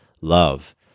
Love